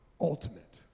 ultimate